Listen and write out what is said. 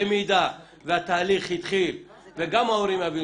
במידה והתהליך התחיל וגם ההורים יבינו